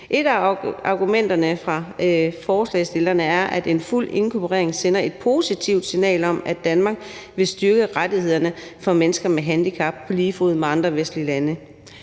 Et af argumenterne fra forslagsstillerne er, at en fuld inkorporering sender et positivt signal om, at Danmark vil styrke rettighederne for mennesker med handicap på lige fod med andre vestlige lande.